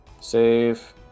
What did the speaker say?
Save